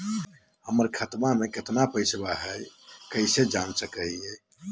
हमर खतवा मे केतना पैसवा हई, केना जानहु हो?